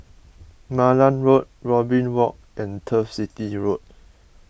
Malan Road Robin Walk and Turf City Road